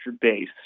base